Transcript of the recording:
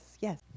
Yes